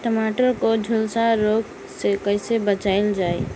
टमाटर को जुलसा रोग से कैसे बचाइल जाइ?